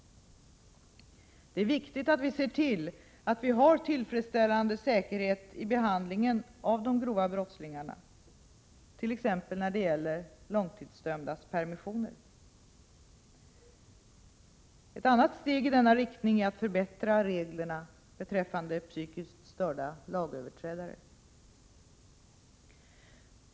Det är också viktigt att vi ser till att vi har tillfredsställande säkerhet i behandlingen av de grova brottslingarna, t.ex. när det gäller långtidsdömdas permissioner. Ett annat steg i denna riktning är att förbättra reglerna beträffande psykiskt störda lagöverträdare.